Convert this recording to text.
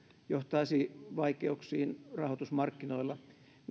johtaisi vaikeuksiin rahoitusmarkkinoilla